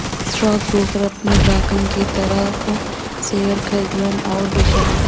stockbroker अपने ग्राहकन के तरफ शेयर खरीदलन आउर बेचलन